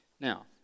now